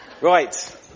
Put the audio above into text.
right